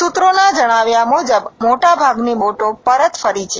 સુત્રોના જણાવ્યા મુજબ મોટા ભાગની બોટો પરત ફરી છે